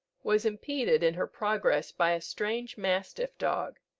was impeded in her progress by a strange mastiff dog.